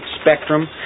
spectrum